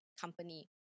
company